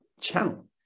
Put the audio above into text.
channel